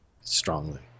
Strongly